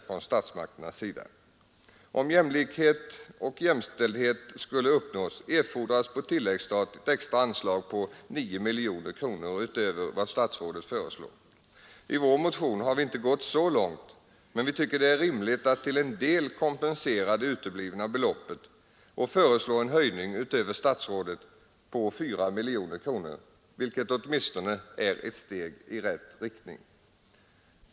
För att jämlikhet och jämställdhet skall kunna uppnås erfordras på tilläggsstat ett extra anslag på 9 miljoner kronor utöver vad statsrådet föreslår. I vår motion har vi inte gått så långt, men vi tycker det är rimligt att till en del kompensera det uteblivna beloppet och föreslår en höjning utöver statsrådets förslag med 4 miljoner kronor, vilket vi anser åtminstone är ett steg i rätt riktning.